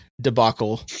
debacle